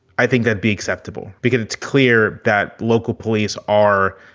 i think that be acceptable because it's clear that local police are,